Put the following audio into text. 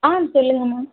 ஆ சொல்லுங்க மேம்